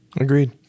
Agreed